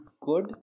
good